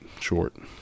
short